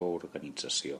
organització